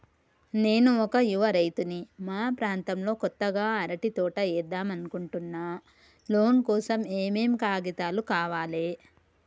నేను ఒక యువ రైతుని మా ప్రాంతంలో కొత్తగా అరటి తోట ఏద్దం అనుకుంటున్నా లోన్ కోసం ఏం ఏం కాగితాలు కావాలే?